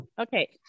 Okay